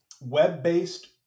web-based